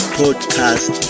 podcast